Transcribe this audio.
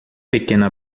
pequena